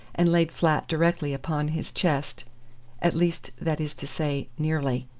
and laid flat directly upon his chest at least that is to say, nearly.